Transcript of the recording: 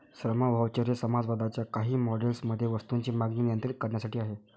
श्रम व्हाउचर हे समाजवादाच्या काही मॉडेल्स मध्ये वस्तूंची मागणी नियंत्रित करण्यासाठी आहेत